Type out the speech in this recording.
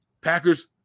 Packers